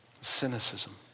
cynicism